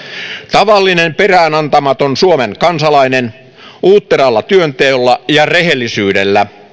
tavallinen pe räänantamaton suomen kansalainen uutteralla työnteolla ja rehellisyydellä